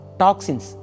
toxins